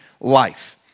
life